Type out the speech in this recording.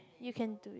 you can do it